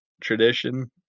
tradition